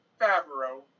Favreau